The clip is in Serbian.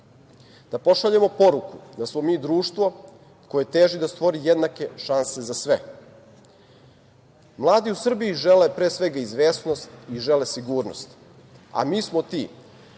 da pošaljemo poruku da smo mi društvo koje teži da stvori jednake šanse za sve. Mladi u Srbiji žele izvesnost i žele sigurnost, a mi smo ti